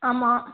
ஆமாம்